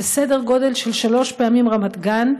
זה סדר גודל של שלוש פעמים רמת גן,